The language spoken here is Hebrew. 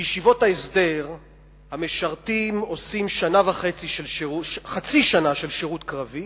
בישיבות ההסדר המשרתים עושים חצי שנה של שירות קרבי